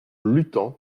luttant